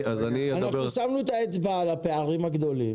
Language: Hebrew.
--- שמנו את האצבע על הפערים הגדולים.